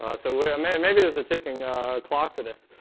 um so we're i mean and maybe there's a ticking clock for this.